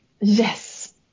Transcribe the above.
Yes